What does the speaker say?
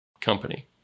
company